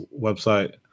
website